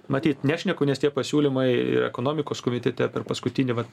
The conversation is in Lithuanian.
matyt nešneku nes tie pasiūlymai ir ekonomikos komitete per paskutinį vat